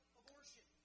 abortion